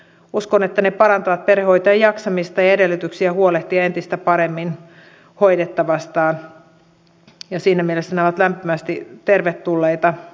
uskon että nämä perhehoitolakiin ehdotetut muutokset parantavat perhehoitajien jaksamista ja edellytyksiä huolehtia entistä paremmin hoidettavastaan ja siinä mielessä nämä ovat lämpimästi tervetulleita